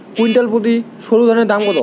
Quintal প্রতি সরুধানের দাম কত?